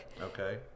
Okay